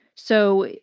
so,